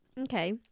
Okay